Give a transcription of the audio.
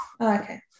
okay